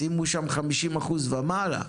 שימו שם 50% ומעלה,